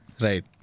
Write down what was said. Right